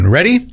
Ready